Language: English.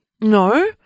No